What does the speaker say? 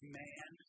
man